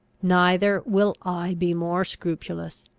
neither will i be more scrupulous!